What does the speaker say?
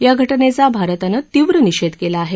या घटनेचा भारतानं तीव्र निषेध केला आहे